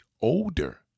older